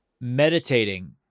meditating